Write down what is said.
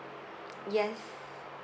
yes